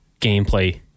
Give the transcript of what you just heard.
gameplay